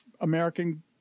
American